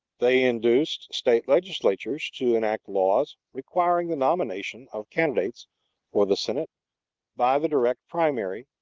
they induced state legislatures to enact laws requiring the nomination of candidates for the senate by the direct primary,